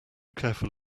careful